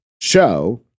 show